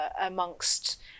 amongst